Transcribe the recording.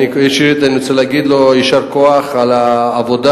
ראשית אני רוצה להגיד לו "יישר כוח" על העבודה,